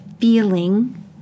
feeling